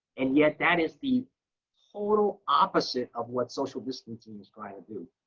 and yet that is the total opposite of what social distancing is trying to do.